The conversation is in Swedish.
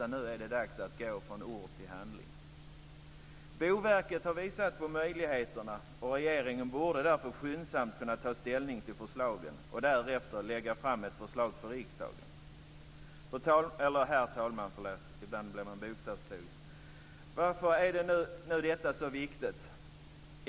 Nu är det dags att gå från ord till handling. Boverket har visat på möjligheterna, och regeringen borde därför skyndsamt ta ställning till förslagen och därefter lägga fram förslag för riksdagen. Herr talman! Varför är nu detta så viktigt?